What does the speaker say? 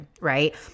right